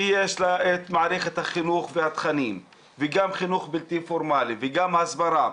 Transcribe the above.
שיש לה את מערכת החינוך והתכנים וגם חינוך בלתי פורמלי וגם הסברה,